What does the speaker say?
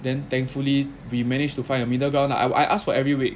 then thankfully we managed to find a middle ground lah I I ask for every week